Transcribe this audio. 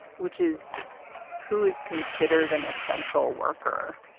which is who is considered an essential worker